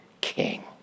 king